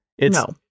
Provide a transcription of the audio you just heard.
No